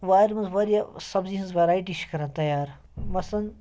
وارِ منٛز واریاہ سَبزی ہِنٛز وٮ۪رایٹی چھِ کران تیار مثلاً